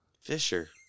Fisher